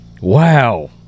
Wow